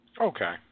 Okay